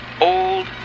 old